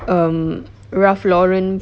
um Ralph Lauren